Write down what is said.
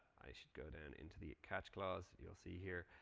i should go down into the catch cause. you'll see here.